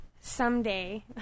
Someday